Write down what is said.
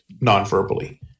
non-verbally